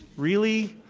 really?